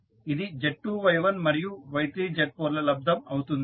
ఇది Z2Y1 మరియు Y3Z4 ల లబ్దం అవుతుంది